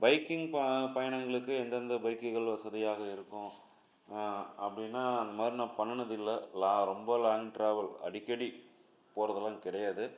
biking ப பயணங்களுக்கு எந்தந்த பைக்குகள் வசதியாக இருக்கும் அப்படின்னா அந்த மாதிரி நான் பண்ணுனது இல்லை லா ரொம்ப லாங் ட்ராவல் அடிக்கடி போகிறதுலாம் கிடையாது